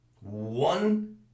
one